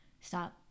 stop